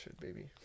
baby